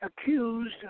accused